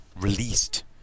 Released